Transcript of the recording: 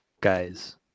guys